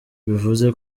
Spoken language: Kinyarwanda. bivuze